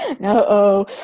No